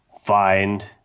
find